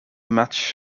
match